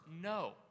No